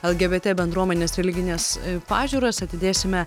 lgbt bendruomenės religines pažiūras atidėsime